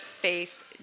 faith